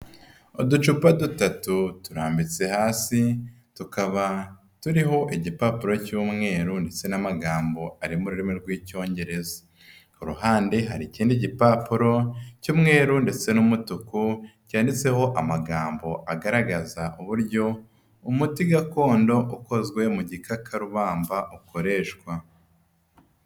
Uducupa dutatu turambitse hasi, tukaba turiho igipapuro cy'umweru ndetse n'amagambo ari mu rurimi rw'Icyongereza. Ku ruhande hari ikindi gipapuro cy'umweru ndetse n'umutuku, cyanditseho amagambo agaragaza uburyo umuti gakondo ukozwe mu gikakarubamba ukoreshwa.